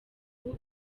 ubu